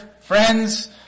friends